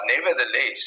nevertheless